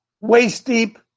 waist-deep